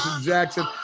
Jackson